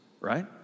right